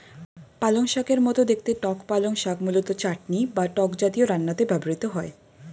পালংশাকের মতো দেখতে টক পালং শাক মূলত চাটনি বা টক জাতীয় রান্নাতে ব্যবহৃত হয়